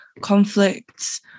conflicts